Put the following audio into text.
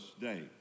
day